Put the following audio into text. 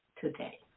today